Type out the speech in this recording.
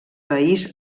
país